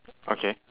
okay